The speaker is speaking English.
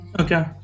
Okay